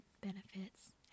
benefits